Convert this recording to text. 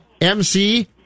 MC